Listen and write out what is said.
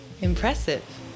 Impressive